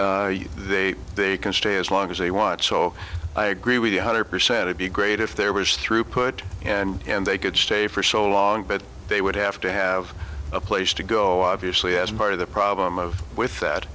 why they they can stay as long as they want so i agree with one hundred percent to be great if there was throughput and and they could stay for so long but they would have to have a place to go obviously as part of the problem of with that